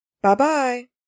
Bye-bye